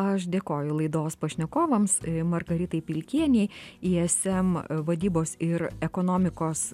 aš dėkoju laidos pašnekovams margaritai pilkienei ism vadybos ir ekonomikos